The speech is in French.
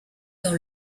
dans